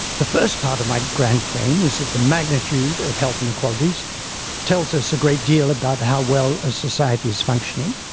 the first part of my grand claim is that the magnitude of health inequalities tells us a great deal about how well a society is functioning.